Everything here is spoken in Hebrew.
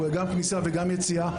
הוא גם לכניסה וגם ליציאה.